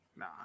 Nah